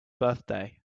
birthday